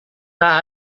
tak